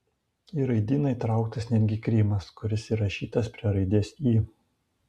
į raidyną įtrauktas netgi krymas kuris įrašytas prie raidės y